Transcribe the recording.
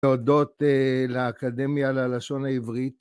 להודות לאקדמיה ללשון העברית.